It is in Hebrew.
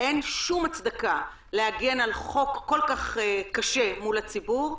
אין שום הצדקה להגן על החוק כל כך קשה מול הציבור.